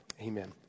amen